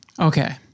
Okay